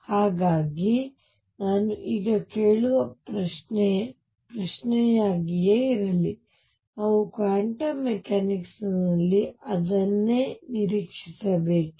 ಹಾಗಾಗಿ ನಾನು ಈಗ ಕೇಳುವ ಪ್ರಶ್ನೆಯೇ ಪ್ರಶ್ನೆಯಾಗಿರಲಿ ನಾವು ಕ್ವಾಂಟಮ್ ಮೆಕ್ಯಾನಿಕ್ಸ್ ನಲ್ಲಿ ಅದನ್ನೇ ನಿರೀಕ್ಷಿಸಬೇಕೇ